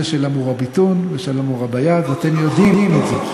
של ה"מֻראבטין" ושל ה"מֻראבטאת" ואתם יודעים את זה.